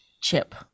chip